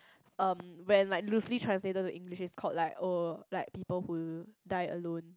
um when like loosely translated to English is called like oh like people who die alone